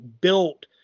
built